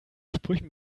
sprüchen